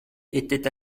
était